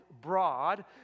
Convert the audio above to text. broad